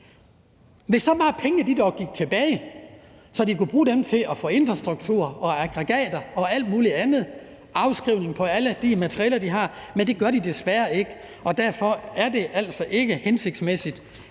Hvis så bare pengene gik tilbage, så man kunne bruge dem på infrastruktur og aggregater og alt muligt andet – afskrivning på alt det materiel, de har – men det gør de desværre ikke. Derfor er det altså ikke hensigtsmæssigt